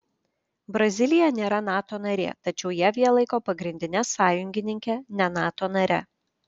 brazilija nėra nato narė tačiau jav ją laiko pagrindine sąjungininke ne nato nare